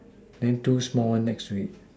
then two small one next to it